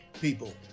people